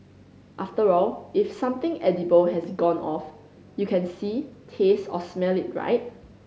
after all if something edible has gone off you can see taste or smell it right